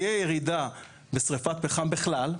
תהיה ירידה בשריפת פחם בכלל,